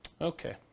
Okay